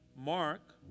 Mark